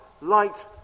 Light